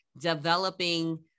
developing